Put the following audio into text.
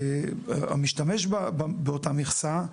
המשתמש באותה מכסה,